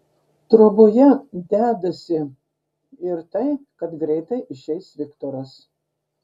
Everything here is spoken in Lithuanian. troboje dedasi ir tai kad greitai išeis viktoras